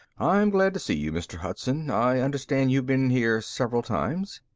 i'm glad to see you, mr. hudson. i understand you've been here several times.